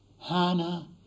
Hannah